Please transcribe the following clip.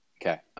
Okay